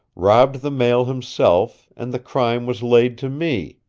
robbed the mail himself, and the crime was laid to me.